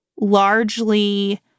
largely